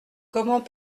comment